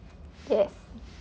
yes